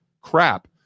crap